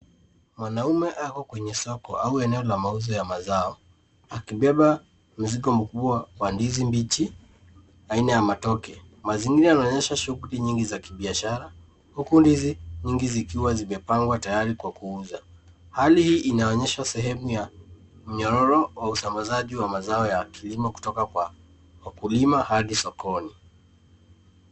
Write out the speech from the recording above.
Mwanaume ako kwenye soko au eneo la mauzo ya mazao, akibeba mzigo mkubwa wa ndizi mbali mbali.